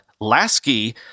Lasky